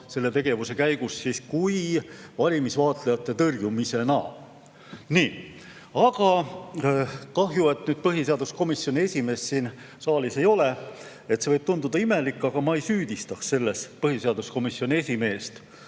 selle tegevuse käigus millegi muuga kui valimisvaatlejate tõrjumisega. Nii. Aga kahju, et põhiseaduskomisjoni esimees siin saalis ei ole. See võib tunduda imelik, aga ma ei süüdistaks selles põhiseaduskomisjoni esimeest.